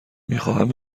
میخواهم